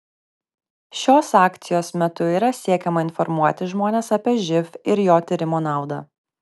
šios akcijos metu yra siekiama informuoti žmones apie živ ir jo tyrimo naudą